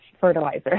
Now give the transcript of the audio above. fertilizer